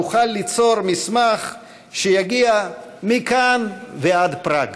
נוכל ליצור מסמך שיגיע מכאן ועד פראג.